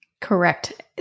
Correct